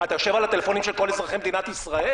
אתה יושב על הטלפונים של כל אזרחי מדינת ישראל?